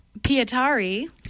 Pietari